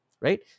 Right